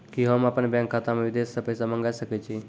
कि होम अपन बैंक खाता मे विदेश से पैसा मंगाय सकै छी?